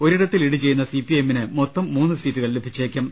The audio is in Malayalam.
ഒരിടത്ത് ലീഡ് ചെയ്യുന്ന സി പി ഐ എമ്മിന് മൊത്തം മൂന്നു സീറ്റുകൾ ലഭിച്ചേക്കും